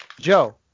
Joe